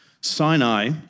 Sinai